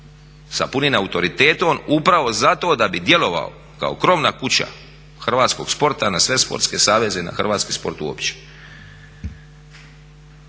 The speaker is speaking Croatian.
sa punim autoritetom upravo zato da bi djelovao kao krovna kuća hrvatskog sporta na sve sportske saveze i na hrvatski sport uopće.